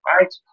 right